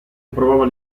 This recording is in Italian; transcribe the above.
provava